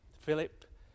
Philip